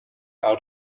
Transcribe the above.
out